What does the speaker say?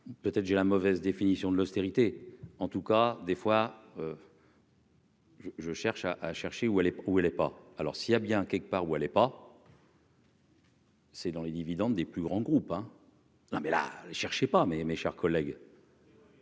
peut-être, j'ai la mauvaise définition de l'austérité en tout cas des fois. Je je cherche à à chercher où elle époux, elle est pas alors, s'il y a bien quelque part, ou elle est pas. C'est dans les dividendes des plus grands groupes hein. Non mais là cherchait pas mes, mes chers collègues.